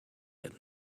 had